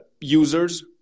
users